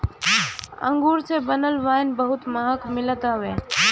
अंगूर से बनल वाइन बहुते महंग मिलत हवे